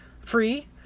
free